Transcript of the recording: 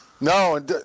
No